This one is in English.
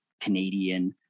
Canadian